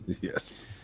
Yes